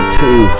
two